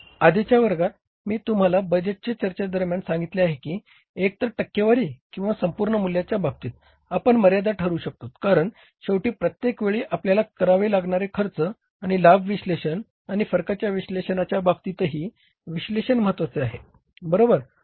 आधीच्या वर्गात मी तुम्हाला बजेट चर्चे दरम्यान सांगितले आहे की एकतर टक्केवारी किंवा संपूर्ण मूल्याच्या बाबतीत आपण मर्यादा ठरवू शकतोत कारण शेवटी प्रत्येक वेळी आपल्याला करावे लागणारे खर्च आणि लाभ विश्लेषण आणि फरकाच्या विश्लेषणाच्या बाबतीतही विश्लेषण महत्वाचे आहे बरोबर